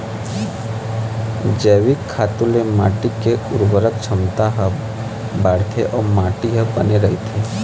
जइविक खातू ले माटी के उरवरक छमता ह बाड़थे अउ माटी ह बने रहिथे